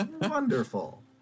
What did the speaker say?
Wonderful